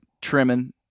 trimming